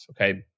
okay